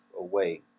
away